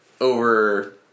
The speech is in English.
over